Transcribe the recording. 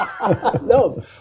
No